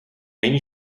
není